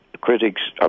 critics